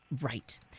Right